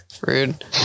Rude